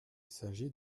s’agit